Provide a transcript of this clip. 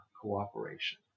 cooperation